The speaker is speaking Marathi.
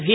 व्ही